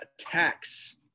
attacks